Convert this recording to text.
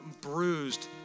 bruised